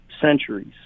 centuries